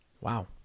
wow